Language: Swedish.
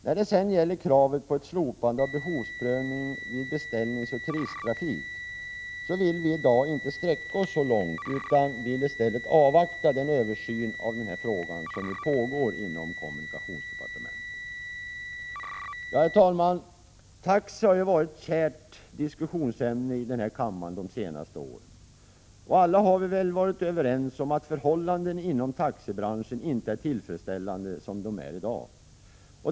När det sedan gäller kravet på ett slopande av behovsprövning vid beställningsoch turisttrafik vill vi i dag inte sträcka oss så långt, utan vill i stället avvakta den översyn av denna fråga som pågår inom kommunikationsdepartementet. Herr talman! Taxi har ju varit ett kärt diskussionsämne i den här kammaren de senaste åren. Alla har vi väl varit överens om att förhållandena inom taxibranschen inte är tillfredsställande som de är i dag.